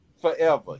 forever